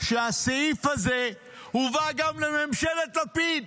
שהסעיף הזה הובא גם לממשלת לפיד,